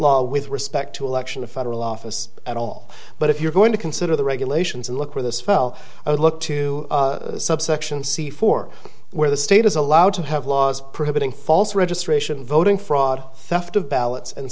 law with respect to election a federal office at all but if you're going to consider the regulations and look where this fell i would look to subsection c four where the state is allowed to have laws prohibiting false registration voting fraud theft of ballots and